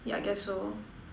yeah I guess so